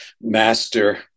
master